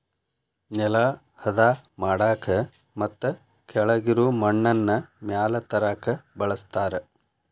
ನೆಲಾ ಹದಾ ಮಾಡಾಕ ಮತ್ತ ಕೆಳಗಿರು ಮಣ್ಣನ್ನ ಮ್ಯಾಲ ತರಾಕ ಬಳಸ್ತಾರ